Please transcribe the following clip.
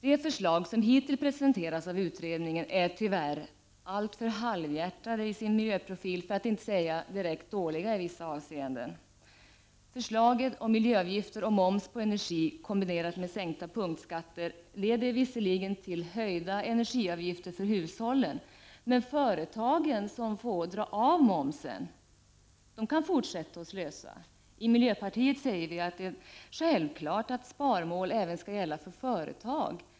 De förslag som hittills presenterats av utredningarna är tyvärr halvhjärtade i sin miljöprofil, för att inte säga direkt dåliga i vissa avseenden. Förslagen om miljöavgifter och moms på energi, kombinerat med sänkta punktskatter, leder visserligen till höjda energiavgifter för hushållen, men företagen, som får dra av momsen kan fortsätta att slösa. I miljöpartiet säger vi att det är självklart att sparmål även skall gälla för företag.